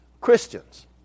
Christians